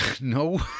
no